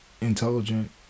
intelligent